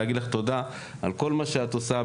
להגיד לך תודה על כל מה שאת עושה,